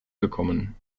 bekommen